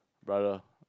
brother